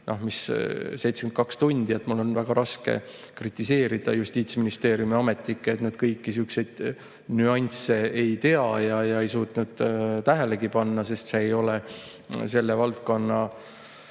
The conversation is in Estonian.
No 72 tundi! Mul on väga raske kritiseerida Justiitsministeeriumi ametnikke, et nad kõiki nüansse ei tea ja ei suutnud tähelegi panna, sest see ei ole selle valdkonna